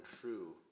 true